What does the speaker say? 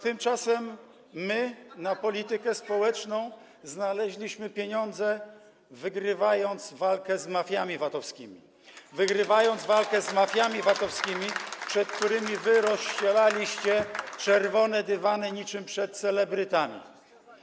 Tymczasem my na politykę społeczną znaleźliśmy pieniądze, wygrywając walkę z mafiami VAT-owskimi, wygrywając walkę z mafiami VAT-owskimi, przed którymi wy rozścielaliście czerwone dywany niczym przed celebrytami.